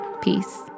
Peace